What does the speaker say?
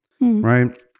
right